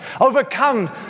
overcome